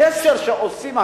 הקשר שעושים,